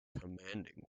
commanding